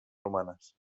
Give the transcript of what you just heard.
romanes